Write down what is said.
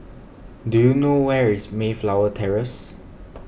do you know where is Mayflower Terrace